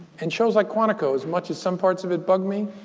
and shows like quantico, as much as some parts of it bug me.